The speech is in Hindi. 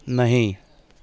नहीं